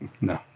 No